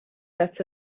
that